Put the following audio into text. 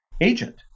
agent